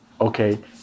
okay